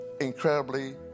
incredibly